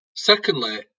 Secondly